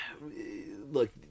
look